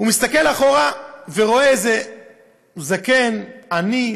הוא מסתכל אחורה ורואה איזה זקן עני,